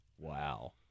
wow